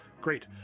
great